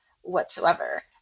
whatsoever